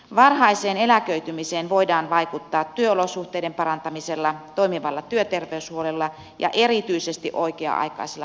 varhaiseen eläköitymiseen voidaan vaikuttaa työolosuhteiden parantamisella toimivalla työterveyshuollolla ja erityisesti oikea aikaisella kuntoutuksella